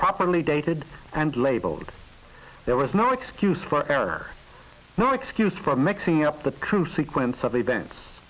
properly dated and labeled there was no excuse for error no excuse for mixing up the true sequence of events